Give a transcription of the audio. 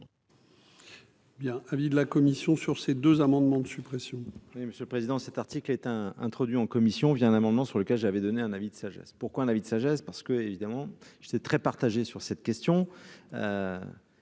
Bien avis de la commission sur ces deux amendements de suppression. Oui, monsieur le président, cet article est un introduit en commission, via un amendement sur lequel j'avais donné un avis de sagesse, pourquoi un avis de sagesse parce que évidemment j'étais très partagés sur cette question